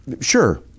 Sure